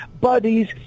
buddies